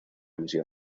misión